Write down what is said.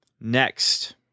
next